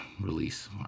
release